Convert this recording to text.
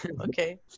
Okay